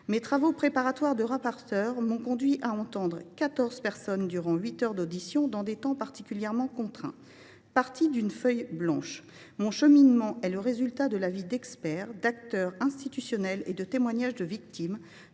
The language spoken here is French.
Mes travaux préparatoires de rapporteure m’ont conduite à entendre quatorze personnes, pour un total de huit heures d’auditions, dans des temps particulièrement contraints. Partie d’une feuille blanche, mon cheminement est le résultat de l’avis d’experts, d’acteurs institutionnels et de témoignages de victimes.